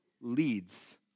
leads